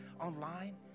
online